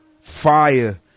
fire